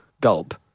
gulp